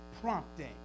prompting